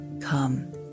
come